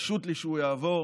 פשוט לי שהוא יעבור,